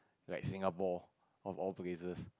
like Singapore of all places